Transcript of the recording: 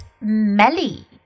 Melly